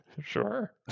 Sure